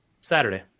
Saturday